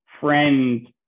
friend